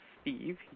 Steve